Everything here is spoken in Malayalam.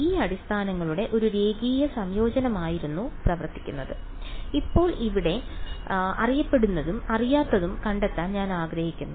ഈ അടിസ്ഥാനങ്ങളുടെ ഒരു രേഖീയ സംയോജനമായി പ്രവർത്തിക്കുന്നു ഇപ്പോൾ ഇവിടെ അറിയപ്പെടുന്നതും അറിയാത്തതും കണ്ടെത്താൻ ഞാൻ ആഗ്രഹിക്കുന്നു